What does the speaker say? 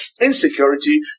insecurity